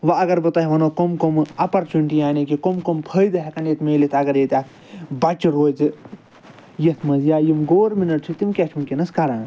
وٕ اگر بہٕ تۄہہِ ونو کَم کَمہٕ اپارچُنٹی یعنی کہِ کَم کَم فٲیدٕ ہٮ۪کَن ییٚتہِ میٖلِتھ اگر ییٚتہِ اکھ بَچہِ روزِ یتھ مَنٛز یا یم گورمٮ۪نٛٹ چھِ تِم کیاہ چھِ وٕنۍکٮ۪نَس کَران